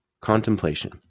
contemplation